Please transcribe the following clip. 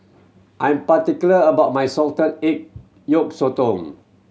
I'm particular about my salted egg yolk sotong